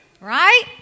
Right